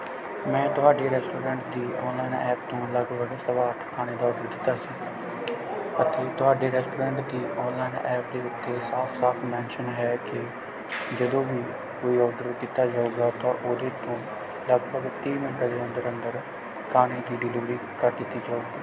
ਮੈਂ ਤੁਹਾਡੇ ਰੈਸਟੋਰੈਂਟ ਦੀ ਔਨਲਾਈਨ ਐਪ ਤੋਂ ਲਗਭਗ ਸਵਾ ਅੱਠ ਖਾਣੇ ਦਾ ਓਰਡਰ ਦਿੱਤਾ ਸੀ ਅਤੇ ਤੁਹਾਡੇ ਰੈਸਟੋਰੈਂਟ ਦੀ ਔਨਲਾਈਨ ਐਪ ਦੇ ਉੱਤੇ ਸਾਫ ਸਾਫ ਮੈਨਸ਼ਨ ਹੈ ਕਿ ਜਦੋਂ ਵੀ ਕੋਈ ਓਰਡਰ ਕੀਤਾ ਜਾਊਗਾ ਤਾਂ ਉਹਦੇ ਤੋਂ ਲਗਭਗ ਤੀਹ ਮਿੰਟਾਂ ਦੇ ਅੰਦਰ ਅੰਦਰ ਖਾਣੇ ਦੀ ਡਿਲੀਵਰੀ ਕਰ ਦਿੱਤੀ ਜਾਊਗੀ